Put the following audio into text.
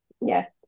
Yes